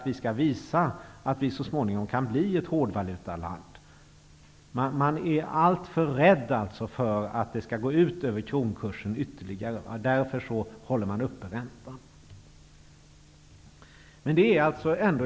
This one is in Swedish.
Vi skall visa att vi så småningom kan bli ett hårdvalutaland. Man är alltför rädd att en sänkning ytterligare skall gå ut över kronkursen. Därför håller man räntan uppe.